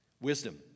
Wisdom